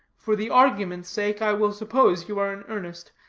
for the argument's sake i will suppose you are in earnest.